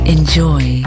Enjoy